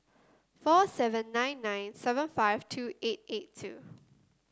four seven nine nine seven five two eight eight two